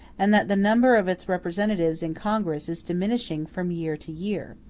and that the number of its representatives in congress is diminishing from year to year,